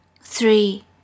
three